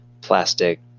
plastic